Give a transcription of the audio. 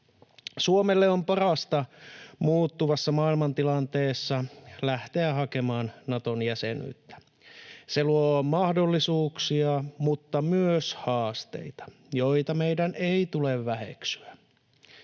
Suomelle on parasta muuttuvassa maailmantilanteessa lähteä hakemaan Naton jäsenyyttä. Se luo mahdollisuuksia mutta myös haasteita, joita meidän ei tule väheksyä.